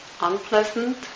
unpleasant